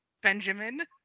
benjamin